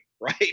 Right